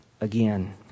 again